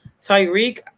Tyreek